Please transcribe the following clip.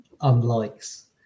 unlikes